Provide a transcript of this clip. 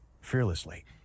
fearlessly